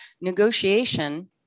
negotiation